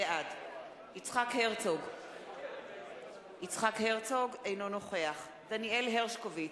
בעד יצחק הרצוג, אינו נוכח דניאל הרשקוביץ,